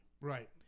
Right